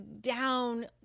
down